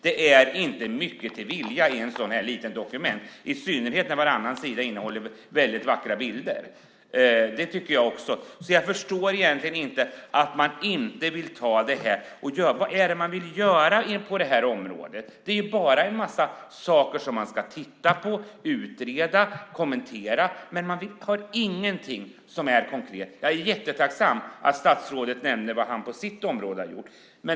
Det är inte mycket till vilja i ett sådant litet dokument, i synnerhet när varannan sida innehåller väldigt vackra bilder. Jag förstår egentligen inte att man inte vill ta detta vidare. Vad är det man vill göra på det här området? Det är bara en massa saker man ska titta på, utreda och kommentera. Man har ingenting som är konkret. Jag är jättetacksam att statsrådet nämner vad han har gjort på sitt område.